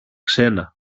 ξένα